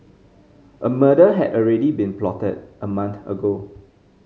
a murder had already been plotted a month ago